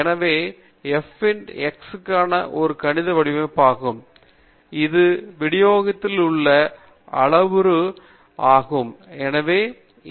எனவே இது f இன் x க்கான ஒரு கணித வடிவமாகும் இந்த விநியோகத்தில் உள்ள அளவுருக்கள் mu மற்றும் சிக்மா ஆகும்